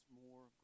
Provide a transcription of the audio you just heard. more